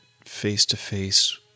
face-to-face